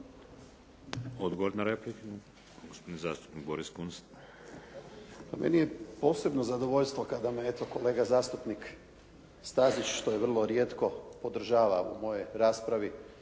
Odgovor na repliku, gospodin zastupnik Goris Kunst. **Kunst, Boris (HDZ)** Pa meni je posebno zadovoljstvo kada me eto kolega zastupnik Stazić, što je vrlo rijetko, podržava u mojoj raspravi,